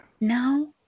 No